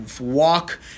walk